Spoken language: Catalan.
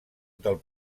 del